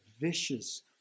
vicious